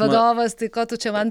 vadovas tai ko tu čia man